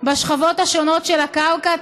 בשכבות השונות של הקרקע,